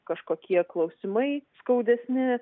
kažkokie klausimai skaudesni